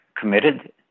committed